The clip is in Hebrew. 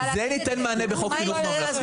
זה ניתן מענה בחוק חינוך ממלכתי.